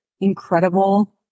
incredible